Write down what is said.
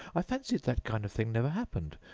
i fancied that kind of thing never happened,